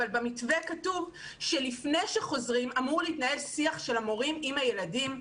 אבל במתווה כתוב שלפני שחוזרים אמור להתנהל שיח של המורים עם הילדים,